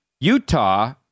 Utah